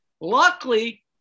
Luckily